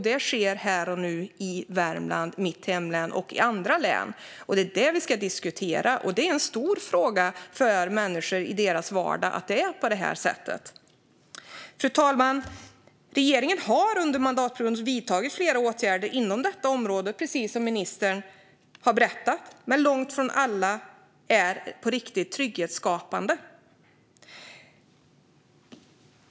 Det sker här och nu i mitt hemlän Värmland och i andra län. Det är det vi ska diskutera. Det är en stor fråga för människor i deras vardag att det är på det här sättet. Fru talman! Regeringen har under mandatperioden vidtagit flera åtgärder inom detta område, precis som ministern har berättat, men långt ifrån alla är trygghetsskapande på riktigt.